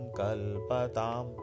kalpatam